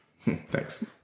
thanks